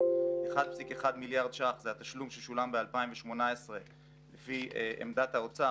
1.1 מיליארד ש"ח זה התשלום ששולם ב-2018 לפי עמדת האוצר